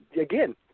Again